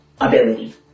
ability